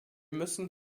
müssen